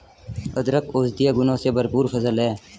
अदरक औषधीय गुणों से भरपूर फसल है